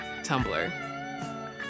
Tumblr